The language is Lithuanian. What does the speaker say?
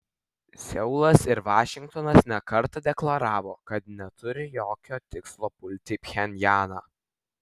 seulas ir vašingtonas ne kartą deklaravo kad neturi jokio tikslo pulti pchenjaną